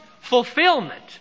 fulfillment